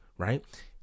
right